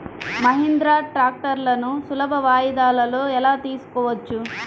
మహీంద్రా ట్రాక్టర్లను సులభ వాయిదాలలో ఎలా తీసుకోవచ్చు?